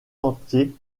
entiers